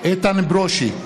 איתן ברושי,